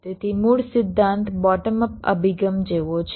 તેથી મૂળ સિદ્ધાંત બોટમ અપ અભિગમ જેવો છે